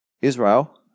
Israel